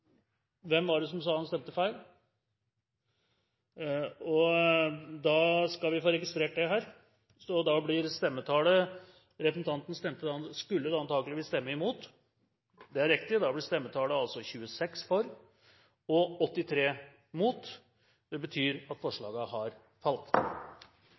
Hvem var det som sa han stemte feil? – Da skal vi få registrert det her. Representanten Reiten skulle da antageligvis stemt imot – det er riktig. Da blir stemmetallet altså 26 for og 83 imot. Det betyr at forslagene har falt.